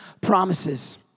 promises